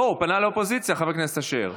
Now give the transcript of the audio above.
לא, הוא פנה לאופוזיציה, חבר כנסת אשר.